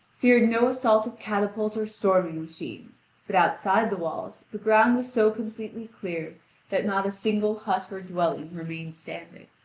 feared no assault of catapult or storming-machine but outside the walls the ground was so completely cleared that not a single hut or dwelling remained standing.